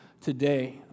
today